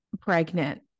pregnant